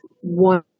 one